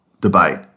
debate